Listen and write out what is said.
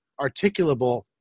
articulable